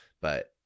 but-